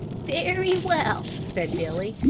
very well, said billy,